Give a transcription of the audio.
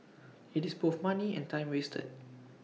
IT is both money and time wasted